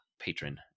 patron